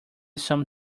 some